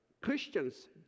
Christians